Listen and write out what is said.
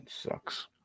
sucks